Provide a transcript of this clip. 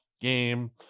game